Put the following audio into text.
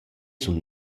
sun